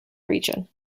region